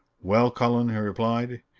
well, cullen, he replied,